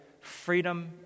Freedom